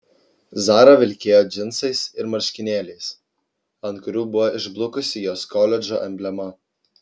zara vilkėjo džinsais ir marškinėliais ant kurių buvo išblukusi jos koledžo emblema